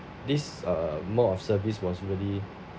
this uh mode of service was really